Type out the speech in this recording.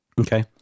Okay